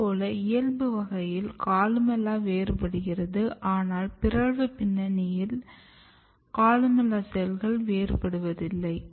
அதேபோல் இயல்பு வகையில் கொலுமெல்லா வேறுபடுகிறது ஆனால் பிறழ்வு பின்னணியில் கொலுமெல்லா செல்கள் வேறுபடுவதில்லை